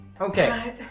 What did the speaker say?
Okay